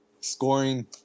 scoring